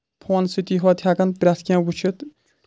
فونہٕ سۭتی ہوٚت ہؠکَان پرٛؠتھ کینٛہہ وٕچھِتھ